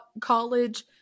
college